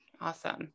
Awesome